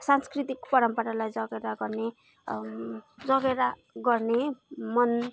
सांस्कृतिक परम्परालाई जगेरा गर्ने जगेरा गर्ने मन